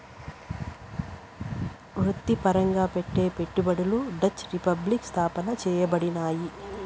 వృత్తిపరంగా పెట్టే పెట్టుబడులు డచ్ రిపబ్లిక్ స్థాపన చేయబడినాయి